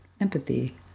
empathy